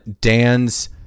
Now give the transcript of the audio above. Dan's